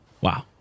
Wow